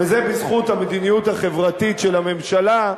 וזה בזכות המדיניות החברתית של הממשלה,